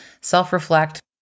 self-reflect